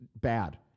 bad